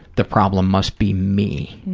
the problem must be me.